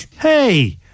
Hey